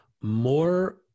more